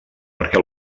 perquè